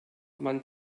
man